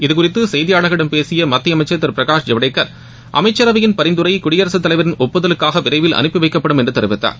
இதுகுறித்து செய்தியாளர்களிடம் பேசிய மத்திய அமைச்சர் திரு பிரகாஷ் ஜவ்டேக்கர் அமைச்சரவையின் பரிந்துரை குடியரசுத்தலைவரின் ஒப்புதலுக்காக விரைவில் அனுப்பி வைக்கப்படும் என்று தெரிவித்தார்